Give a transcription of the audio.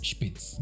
Spitz